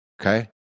Okay